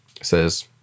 says